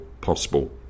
possible